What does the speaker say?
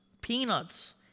Peanuts